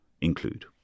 include